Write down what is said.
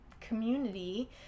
community